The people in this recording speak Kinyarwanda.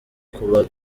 kuba